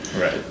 right